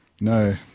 No